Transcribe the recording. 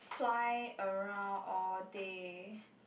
fly around all day